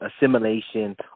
assimilation